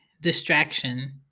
distraction